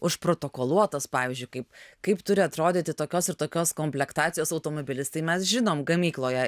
užprotokoluotas pavyzdžiui kaip kaip turi atrodyti tokios ir tokios komplektacijos automobilis tai mes žinome gamykloje